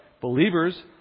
Believers